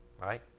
Right